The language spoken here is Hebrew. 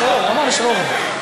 הוא אמר, להצעה של אורן.